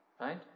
right